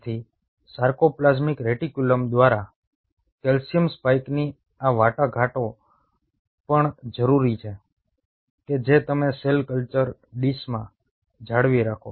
તેથી sarcoplasmic reticulum દ્વારા calcium સ્પાઇકની આ વાટાઘાટો પણ જરૂરી છે કે જે તમે સેલ કલ્ચર ડીશમાં જાળવી રાખો